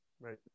Right